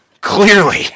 Clearly